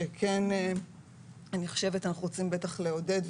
שכן אני חושבת שאנחנו רוצים בטח לעודד,